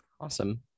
Awesome